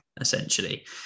essentially